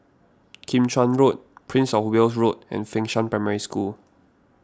Kim Chuan Road Prince of Wales Road and Fengshan Primary School